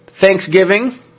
Thanksgiving